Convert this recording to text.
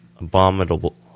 abominable